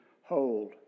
hold